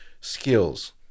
skills